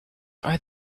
are